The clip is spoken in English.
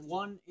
one